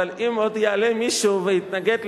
אם עוד יעלה מישהו ויתנגד לחוק,